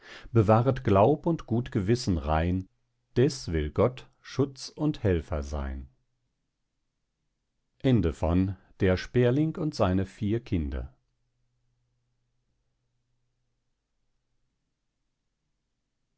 bewahret glaub und gut gewissen rein deß will gott schutz und helfer seyn